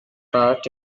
part